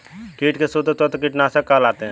कीट के शत्रु तत्व कीटनाशक कहलाते हैं